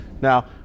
Now